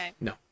No